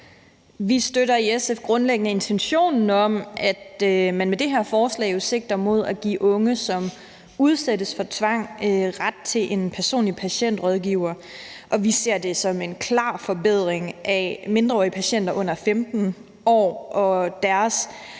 Vi støtter i SF grundlæggende intentionen om, at man med det her forslag sigter mod at give unge, som udsættes for tvang, ret til en personlig patientrådgiver, og vi ser det som en klar forbedring for mindreårige patienter under 15 år og deres